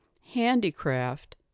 Handicraft